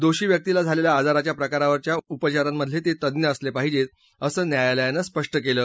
दोषी व्यक्तीला झालेल्या आजाराच्या प्रकारावरच्या उपचारांमधले ते तज्ञ असले पाहिजेत असं न्यायालयानं स्पष्ट केलं